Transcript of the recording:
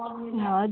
हजुर